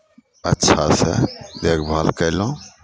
अच्छासँ देखभाल कयलहुँ